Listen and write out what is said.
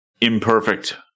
imperfect